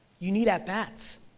you need at bats.